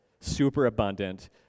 superabundant